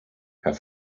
herr